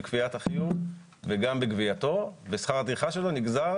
בקביעת החיוב וגם בגבייתו ושכר הטרחה שלו נגזר